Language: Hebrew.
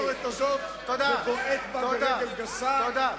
ואתה חורג מהמסורת הזאת ובועט בה ברגל גסה, תודה.